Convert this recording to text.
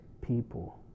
people